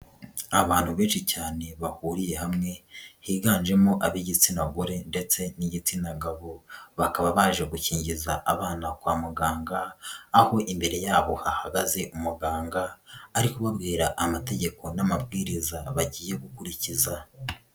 Abantu benshi cyane bahuriye hamwe, higanjemo ab'igitsina gore ndetse n'igitsina gabo. Bakaba baje gukingiza abana kwa muganga, aho imbere yabo hahagaze umuganga, ari kubabwira amategeko n'amabwiriza bagiye gukurikiza.